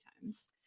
times